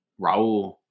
Raul